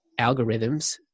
algorithms